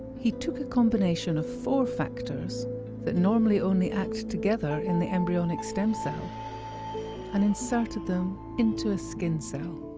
he took a combination of four factors that normally only act together in the embryonic stem cell and inserted them into a skin cell.